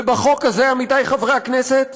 ובחוק הזה, עמיתי חברי הכנסת,